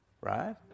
right